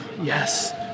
Yes